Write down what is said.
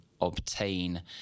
obtain